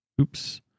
Oops